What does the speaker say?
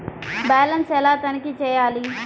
Balance ఎలా తనిఖీ చేయాలి?